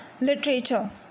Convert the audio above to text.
literature